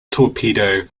torpedo